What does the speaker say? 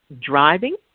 driving